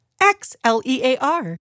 X-L-E-A-R